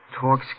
talks